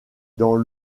dans